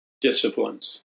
disciplines